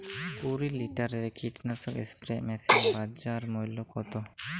কুরি লিটারের কীটনাশক স্প্রে মেশিনের বাজার মূল্য কতো?